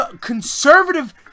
conservative